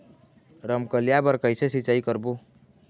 रमकलिया बर कइसे सिचाई करबो?